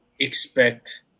expect